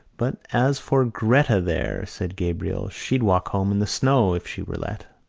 but as for gretta there, said gabriel, she'd walk home in the snow if she were let.